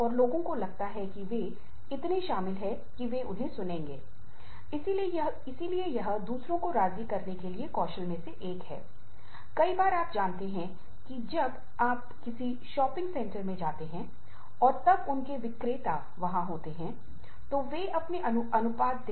परंपरागत रूप से अवैतनिक पारिवारिक कार्य या पारिवारिक चिंता महिला का डोमेन था और सार्वजनिक क्षेत्र में भुगतान किया गया कार्य एक पुरुष डोमेन है और ये कार्य परिवार के संतुलन या कार्य जीवन संतुलन के विपरीत है